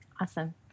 Awesome